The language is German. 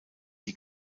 die